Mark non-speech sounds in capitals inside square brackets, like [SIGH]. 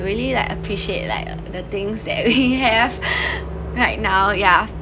really like appreciate like the things that we have [LAUGHS] right now yeah